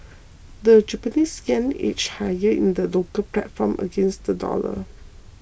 the Japanese yen edged higher in the local platform against the dollar